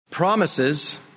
Promises